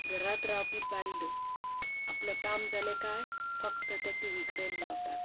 घरांत रावपी बायलो आपलें काम जालें काय फक्त त्या टी व्ही कडेन रावतात